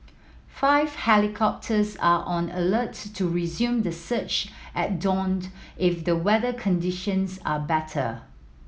five helicopters are on alert to resume the search at daunt if the weather conditions are better